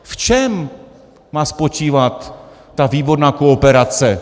V čem má spočívat ta výborná kooperace?